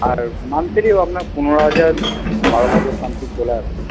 আর মান্থলিও আপনার পনেরো হাজার বারো হাজার সামথিং চলে আসে